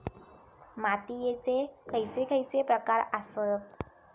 मातीयेचे खैचे खैचे प्रकार आसत?